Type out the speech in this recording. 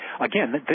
Again